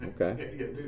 Okay